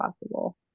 possible